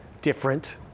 different